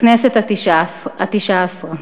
הכנסת התשע-עשרה.